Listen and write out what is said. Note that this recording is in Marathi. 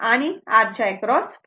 हे r च्या एक्रॉस 5